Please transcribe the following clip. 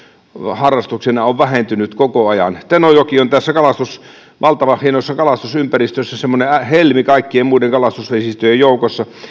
harrastuksena on vähentynyt koko ajan tenojoki on tässä valtavan hienossa kalastusympäristössä kaikkien muiden kalastusvesistöjen joukossa semmoinen helmi